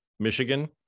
Michigan